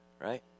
right